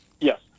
Yes